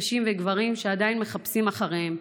נשים וגברים שעדיין מחפשים אחריהם.